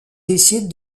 décident